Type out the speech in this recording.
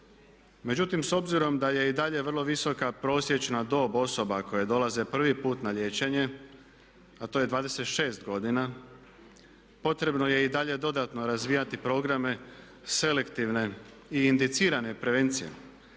Međutim, s obzirom da je i dalje vrlo visoka prosječna dob osoba koje dolaze prvi put na liječenje a to je 26 godina potrebno je i dalje dodatno razvijati programe selektivne i indicirane prevencije